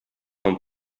non